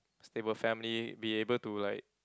stable family be able to like